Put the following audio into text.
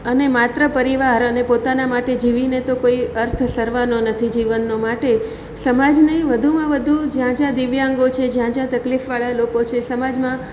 અને માત્ર પરિવાર અને પોતાનાં માટે જીવીને તો કોઈ અર્થ સરવાનો નથી જીવનનો માટે સમાજને વધુમાં વધુ જ્યાં જ્યાં દિવ્યાંગો છે જ્યાં જ્યાં તકલીફવાળા લોકો છે સમાજમાં